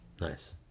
Nice